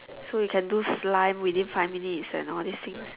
so we can do slime within five minutes and all these things